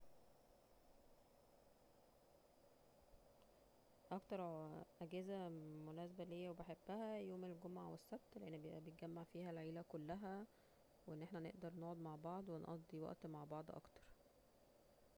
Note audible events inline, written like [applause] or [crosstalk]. اكتر [hesitation] اجازة مناسبة ليا وبحبها يوم الجمعة والسبت لأن بيبقا بنتجمع فيها العيلة كلها وأن احنا نقدر نقعد مع بعض ونقضي وقت مع بعض اكتر